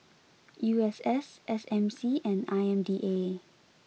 U S S S M C and I M D A